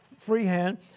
freehand